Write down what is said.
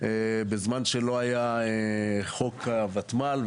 בזמן שלא היה חוק הותמ"ל,